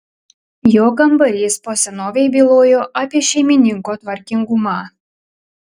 jo kambarys po senovei bylojo apie šeimininko tvarkingumą